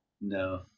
No